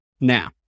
now